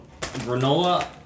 Granola